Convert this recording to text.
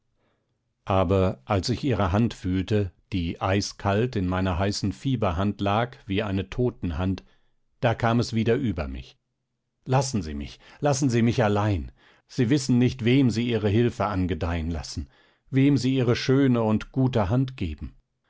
aber als ich ihre hand fühlte die eiskalt in meiner heißen fieberhand lag wie eine totenhand da kam es wieder über mich lassen sie mich lassen sie mich allein sie wissen nicht wem sie ihre hilfe angedeihen lassen wem sie ihre schöne und gute hand geben